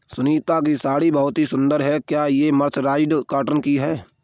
सुनीता की साड़ी बहुत सुंदर है, क्या ये मर्सराइज्ड कॉटन की है?